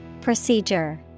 Procedure